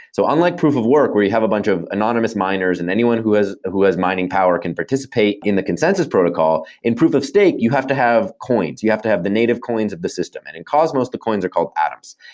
so unlike proof of work where you have a bunch of anonymous miners and anyone who was who was mining power can participate in the consensus protocol, in proof of state you have to have coins, you have to have the native coins of the system. and in cosmos, the coins are called atoms.